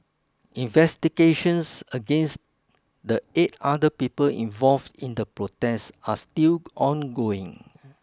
investigations against the eight other people involved in the protest are still ongoing